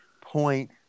point